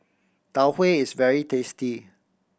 Tau Huay is very tasty